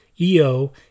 EO